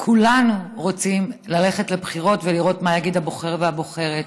כולנו רוצים ללכת לבחירות ולראות מה יגידו הבוחר והבוחרת.